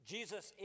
Jesus